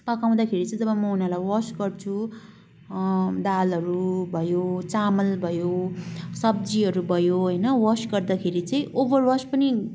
पकाउँदाखेरि चाहिँ म जब उनीहरूलाई वास् गर्छु दालहरू भयो चामल भयो सब्जीहरू भयो होइन वास् गर्दाखेरि चाहिँ ओभर वास् पनि